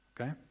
Okay